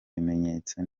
bimenyetso